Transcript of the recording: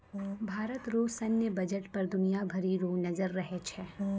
भारत रो सैन्य बजट पर दुनिया भरी रो नजर रहै छै